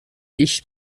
ich